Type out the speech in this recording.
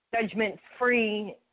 judgment-free